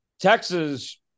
Texas